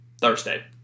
Thursday